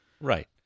Right